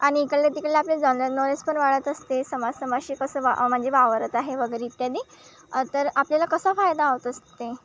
आणि इकडल्या तिकडल्या आपले जनरल नॉलेज पण वाढत असते समाज समाजाशी कसं वा म्हणजे वावरत आहे वगैरे इत्यादी तर आपल्याला कसं फायदा होत असते